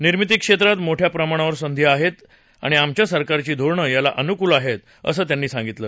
निर्मिती क्षेत्रात मोठ्या प्रमाणावर संधी आहेत आणि आमच्या सरकारची धोरणं याला अनुकूल आहेत असं त्यांनी सांगितलं